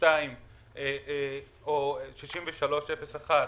6302 או 6301,